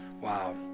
Wow